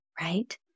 right